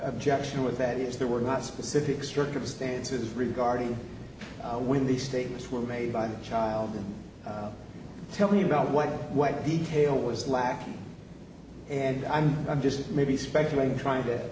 objection with that is there were not specific circumstances regarding when these statements were made by the child and tell me about what what detail was lacking and i'm i'm just maybe speculating trying to